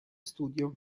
studio